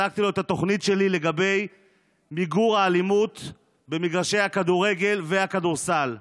הצגתי לו את התוכנית שלי למיגור האלימות במגרשי הכדורגל והכדורסל.